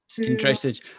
Interested